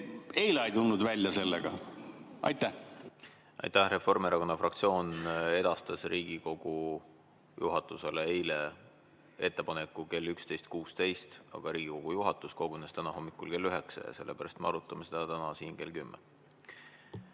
eile ei tulnud sellega välja? Aitäh! Reformierakonna fraktsioon edastas Riigikogu juhatusele eile ettepaneku kell 11.16, aga Riigikogu juhatus kogunes täna hommikul kell 9 ja sellepärast me arutame seda täna siin kell 10.